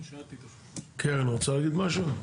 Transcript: קרן, רוצה להגיד משהו?